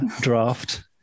draft